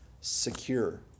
secure